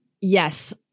Yes